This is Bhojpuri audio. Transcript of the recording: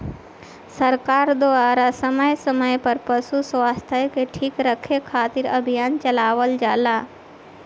सरकार द्वारा समय समय पर पशु स्वास्थ्य के ठीक रखे खातिर अभियान चलावल जाला